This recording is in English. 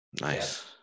nice